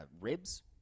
ribs